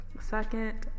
Second